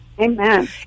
Amen